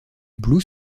blue